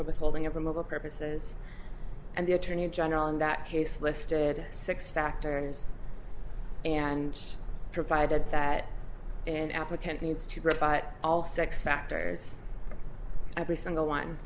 withholding of a mobile purposes and the attorney general in that case listed six factors and provided that an applicant needs to rebut all sex factors every single one